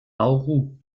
nauru